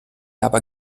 aber